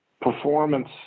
performance